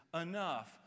enough